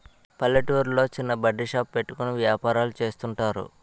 పల్లెటూర్లో చిన్న బడ్డీ షాప్ పెట్టుకుని వ్యాపారాలు చేస్తుంటారు